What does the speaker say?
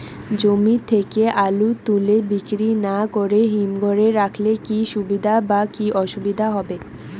জমি থেকে আলু তুলে বিক্রি না করে হিমঘরে রাখলে কী সুবিধা বা কী অসুবিধা হবে?